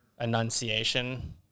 enunciation